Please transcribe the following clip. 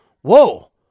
Whoa